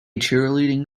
cheerleading